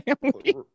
family